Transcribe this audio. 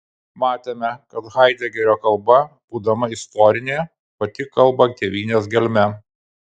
matėme kad haidegerio kalba būdama istorinė pati kalba tėvynės gelme